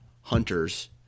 hunters